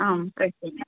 आं प्रेस्